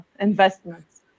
investments